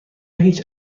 هیچ